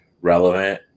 relevant